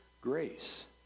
grace